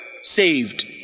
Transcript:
saved